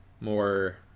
more